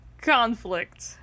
conflict